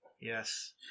Yes